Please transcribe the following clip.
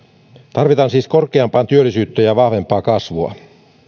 tarvitaan siis korkeampaa työllisyyttä ja vahvempaa kasvua